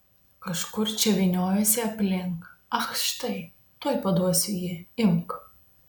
kažkur čia vyniojosi aplink ach štai tuoj paduosiu jį imk